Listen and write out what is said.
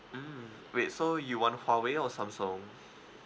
mm wait so you want Huawei or samsung